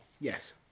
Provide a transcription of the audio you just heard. Yes